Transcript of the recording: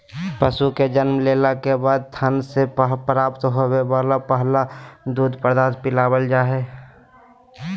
पशु के जन्म लेला के बाद थन से प्राप्त होवे वला पहला दूध पदार्थ पिलावल जा हई